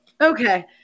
Okay